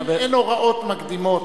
אין הוראות מקדימות.